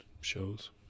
shows